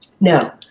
Now